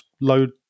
load